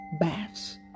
baths